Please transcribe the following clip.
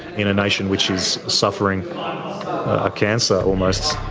in a nation which is suffering a cancer almost.